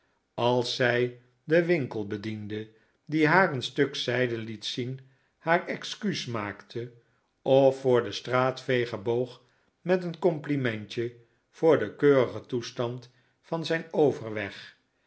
als zij den winkelbediende die haar een stuk zijde liet zien haar excuses maakte of voor den straatveger boog met een complimentje voor den keurigen toestand van zijn overweg